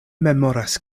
memoras